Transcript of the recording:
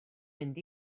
mynd